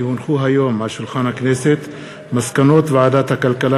כי הונחו היום על שולחן הכנסת מסקנות ועדת הכלכלה